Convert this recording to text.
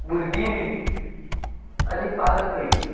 भुरगीं बी आनी पालकय बी